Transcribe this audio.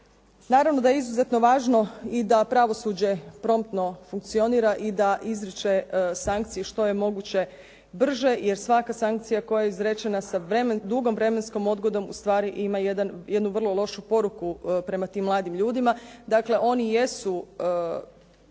Naravno da je izuzetno važno i da pravosuđe promptno funkcionira i da izriče sankcije što je moguće brže, jer svaka sankcija koja je izrečena sa dugom vremenskom odgodom, ustvari ima jednu vrlo lošu poruku prema tim mladim ljudima. Dakle, oni jesu